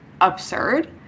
absurd